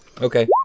Okay